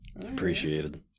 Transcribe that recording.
Appreciated